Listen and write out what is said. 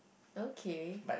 okay